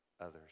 others